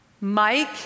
Mike